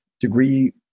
degree